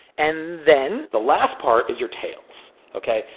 and then. the last part is your tails. ok?